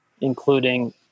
including